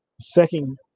Second